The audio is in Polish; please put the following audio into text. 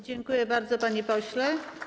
Dziękuję bardzo, panie pośle.